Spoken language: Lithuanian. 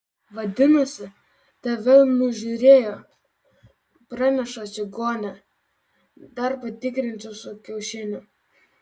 vadinasi tave nužiūrėjo praneša čigonė dar patikrinsiu su kiaušiniu